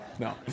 No